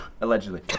Allegedly